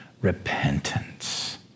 repentance